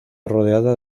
rodeada